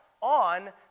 On